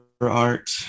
art